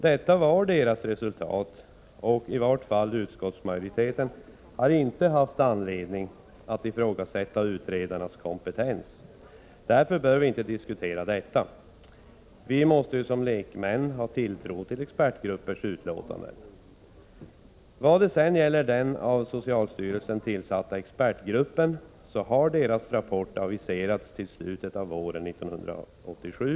Detta var det resultat institutet kom fram till, och utskottsmajoriteten har inte haft anledning att ifrågasätta utredarnas kompetens. Därför bör vi inte diskutera denna fråga. Vi lekmän måste ha tilltro till expertgruppers utlåtanden. 40 Den av socialstyrelsen tillsatta expertgruppen har aviserat sin rapport till i slutet av våren 1987.